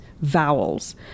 vowels